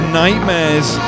nightmares